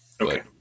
Okay